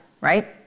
Right